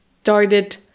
started